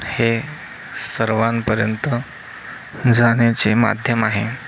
हे सर्वांपर्यंत जाण्याचे माध्यम आहे